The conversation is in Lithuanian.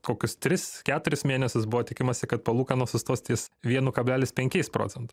kokius tris keturis mėnesius buvo tikimasi kad palūkanos sustos ties vienu kablelis penkiais procento